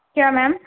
کیا میم